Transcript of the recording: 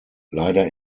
leider